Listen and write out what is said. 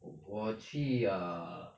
我去 err